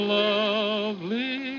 lovely